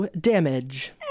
damage